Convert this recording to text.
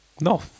No